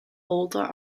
older